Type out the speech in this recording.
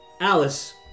Alice